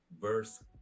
verse